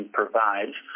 provides